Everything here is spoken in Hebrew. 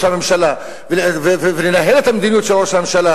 הממשלה ולנהל את המדיניות של ראש הממשלה,